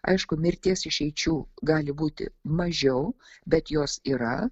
aišku mirties išeičių gali būti mažiau bet jos yra